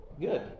Good